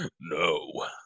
No